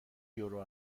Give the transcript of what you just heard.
یورو